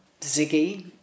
Ziggy